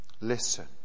Listen